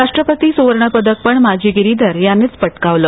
राष्ट्रपती सुवर्णपदक पण माजी गिरीधर यानेच पटकावलं